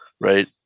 right